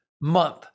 Month